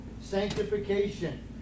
Sanctification